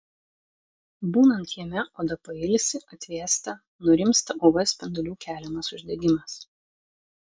būnant jame oda pailsi atvėsta nurimsta uv spindulių keliamas uždegimas